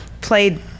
played